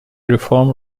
reform